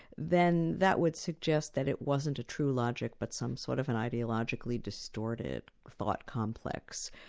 then that would suggest that it wasn't a true logic, but some sort of an ideologically distorted thought complex,